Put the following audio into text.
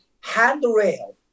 handrail